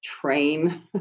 train